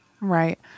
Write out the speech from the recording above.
Right